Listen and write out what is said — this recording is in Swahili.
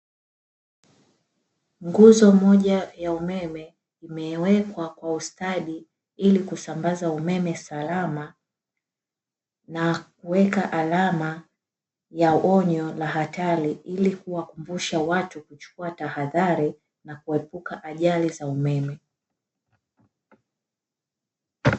Nguzo moja ya umeme imewekwa kwa ustadi ili kusambaza umeme salama, na imewekwa alama ya onyo ya hatari ili kuwakumbusha watu kuchukua tahadhari na kuepuka ajali za umeme.